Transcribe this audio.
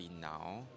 now